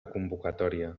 convocatòria